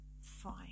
fine